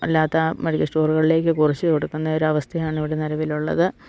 അല്ലാത്ത മെഡിക്കൽ സ്റ്റോറുകളിലേക്ക് കുറിച്ച് കൊടുക്കുന്ന ഒരവസ്ഥയാണ് ഇവിടെ നിലവിലുള്ളത്